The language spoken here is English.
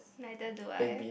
either do I